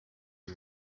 who